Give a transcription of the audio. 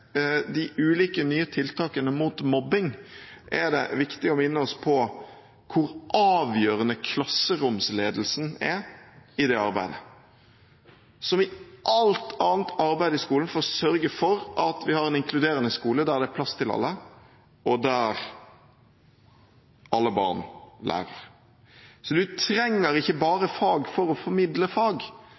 de ulike nye tiltakene mot mobbing, er det viktig å minne oss på hvor avgjørende klasseromsledelsen er i det arbeidet, som i alt annet arbeid i skolen, for å sørge for at vi har en inkluderende skole der det er plass til alle, og der alle barn lærer. Du trenger ikke bare fag for å formidle fag,